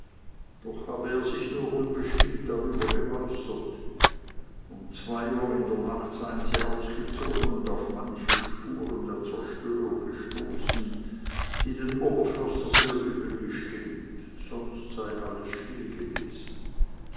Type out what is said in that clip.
doch habe er sich nur unbestimmt darüber geäußert um zwei uhr in der nacht seien sie ausgezogen und auf manche spuren der zerstörung gestoßen die den oberförster sehr übel gestimmt sonst sei alles still gewesen